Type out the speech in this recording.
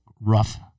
rough